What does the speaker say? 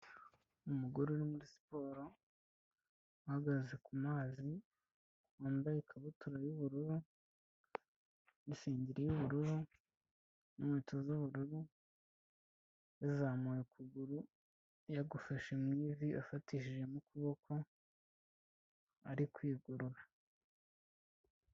Umugore uri muri siporo uhagaze ku mazi, wambaye ikabutura y'ubururu n'isengeri y'ubururu n'inkweto z'ubururu, yazamuye ukuguru yagufashe mu ivi afatishijemo ukuboko ari kwigorora.